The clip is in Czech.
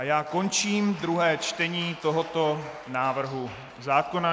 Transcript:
Já končím druhé čtení tohoto návrhu zákona.